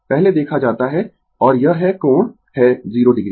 पहले देखा जाता है और यह है कोण है 0 o